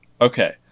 Okay